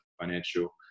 financial